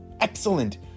Excellent